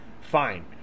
fine